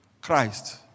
Christ